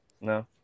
No